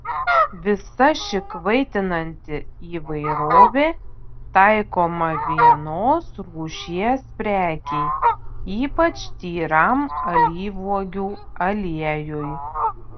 visa ši kvaitinanti įvairovė taikoma vienos rūšies prekei ypač tyram alyvuogių aliejui